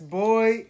boy